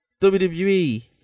WWE